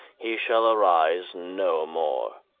he shall arise no more.